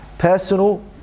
Personal